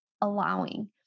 allowing